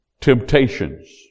temptations